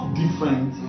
different